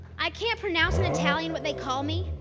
i can't pronounce in italian what they call me,